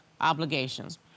obligations